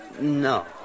No